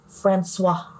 Francois